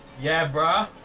yeah, brah,